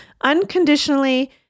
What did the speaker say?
unconditionally